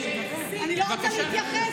אני לא רוצה להתייחס,